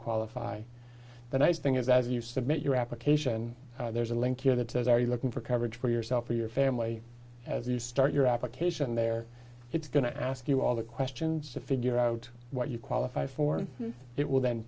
qualify the nice thing is that as you submit your application there's a link here that says are you looking for coverage for yourself or your family as you start your application there it's going to ask you all the questions to figure out what you qualify for it will then